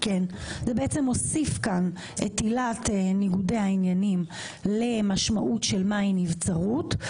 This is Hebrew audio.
זה מוסיף כאן את עילת ניגודי העניינים למשמעות של מהי נבצרות.